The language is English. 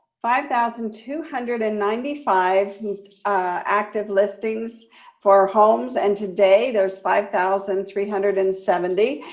five thousand two hundred and ninety five actively listings for homes and today there's five thousand three hundred and seventy.